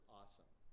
awesome